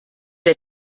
der